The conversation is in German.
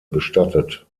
bestattet